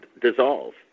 dissolve